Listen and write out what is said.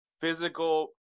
physical